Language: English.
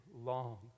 long